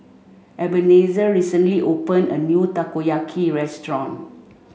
Ebenezer recently open a new Takoyaki restaurant